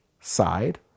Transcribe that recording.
side